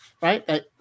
Right